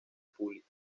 pública